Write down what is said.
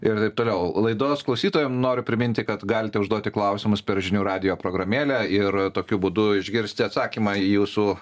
ir taip toliau laidos klausytojam noriu priminti kad galite užduoti klausimus per žinių radijo programėlę ir tokiu būdu išgirsti atsakymą į jūsų